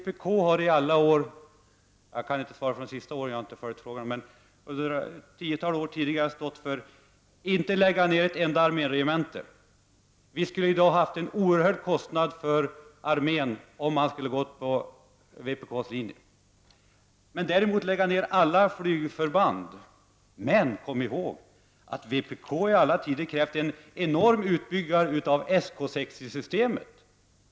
Vpk har under ett tiotal år tidigare — jag kan inte svara för de senaste åren, då jag inte följt med frågan — stått för att man inte skulle lägga ner ett enda arméregemente. Vi skulle i dag ha haft en oerhörd kostnad för armén om man hade gått på vpk:s linje. Däremot skulle man lägga ner alla flygförband. Men kom ihåg att vpk i alla tider krävt en enorm utbyggnad av Sk 60-systemet!